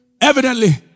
evidently